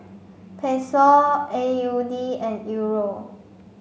Peso A U D and Euro